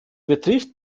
betrifft